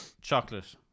chocolate